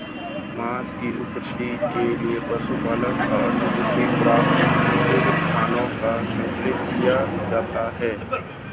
माँस की आपूर्ति के लिए पशुपालन एवं अनुमति प्राप्त बूचड़खानों का संचालन किया जाता है